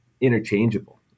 interchangeable